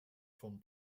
vom